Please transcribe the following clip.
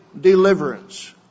deliverance